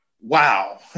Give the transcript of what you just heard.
wow